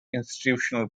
institutional